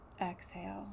Exhale